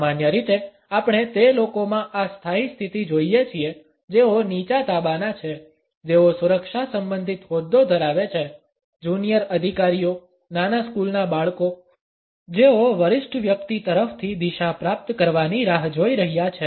સામાન્ય રીતે આપણે તે લોકોમાં આ સ્થાયી સ્થિતિ જોઈએ છીએ જેઓ નીચા તાબાના છે જેઓ સુરક્ષા સંબંધિત હોદ્દો ધરાવે છે જુનિયર અધિકારીઓ નાના સ્કૂલનાં બાળકો જેઓ વરિષ્ઠ વ્યક્તિ તરફથી દિશા પ્રાપ્ત કરવાની રાહ જોઈ રહ્યા છે